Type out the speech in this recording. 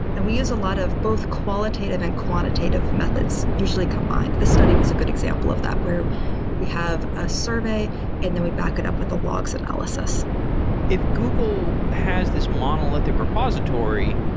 and we use a lot of both qualitative and quantitative methods usually combined. the study was a good example of that, where we have a survey and then we back it up with the logs and lss if google has this monolithic repository,